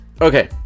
Okay